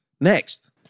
Next